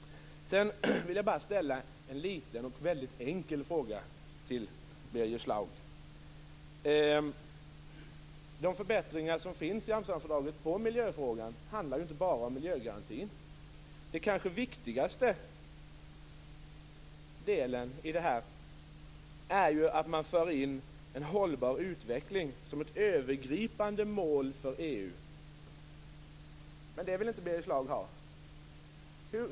Jag vill bara ställa en liten och enkel fråga till Birger Schlaug. De förbättringar som finns i Amsterdamfördraget på miljöområdet handlar inte bara om miljögarantin. Den kanske viktigaste delen i det här är ju att man för in en hållbar utveckling som ett övergripande mål för EU. Men det vill inte Birger Schlaug göra.